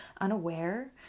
unaware